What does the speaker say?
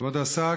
כבוד השר,